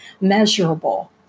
measurable